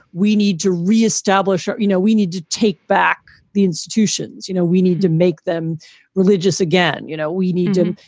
we need to re-establish or, you know, we need to take back the institutions, you know, we need to make them religious. again, you know, we need to,